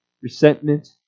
resentment